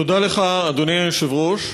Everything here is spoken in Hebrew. תודה לך, אדוני היושב-ראש,